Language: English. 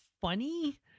funny